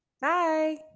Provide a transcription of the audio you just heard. Bye